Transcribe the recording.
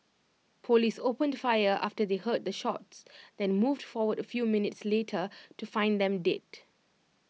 Police opened fire after they heard the shots then moved forward A few minutes later to find them dead